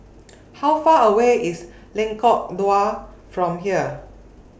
How Far away IS Lengkong Dua from here